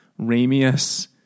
Ramius